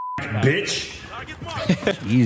bitch